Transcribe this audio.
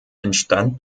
entstand